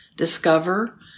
discover